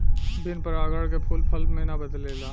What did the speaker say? बिन परागन के फूल फल मे ना बदलेला